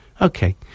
Okay